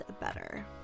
better